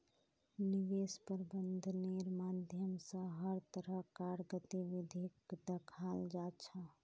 निवेश प्रबन्धनेर माध्यम स हर तरह कार गतिविधिक दखाल जा छ